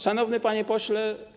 Szanowny Panie Pośle!